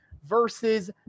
Versus